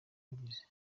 ubuvugizi